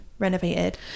renovated